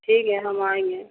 ठीक है हम आएंगे